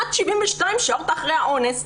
עד 72 שעות אחרי האונס,